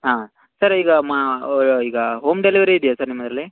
ಹಾಂ ಸರ್ ಈಗ ಮಾ ಈಗ ಹೋಮ್ ಡೆಲಿವರಿ ಇದೆಯಾ ಸರ್ ನಿಮ್ಮಲ್ಲಿ